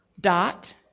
dot